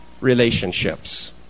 relationships